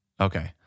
Okay